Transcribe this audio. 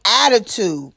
attitude